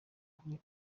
kuri